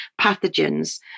pathogens